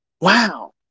wow